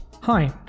Hi